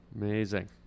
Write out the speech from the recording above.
Amazing